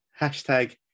Hashtag